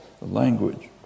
language